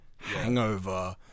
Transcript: hangover